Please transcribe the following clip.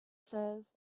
says